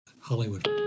Hollywood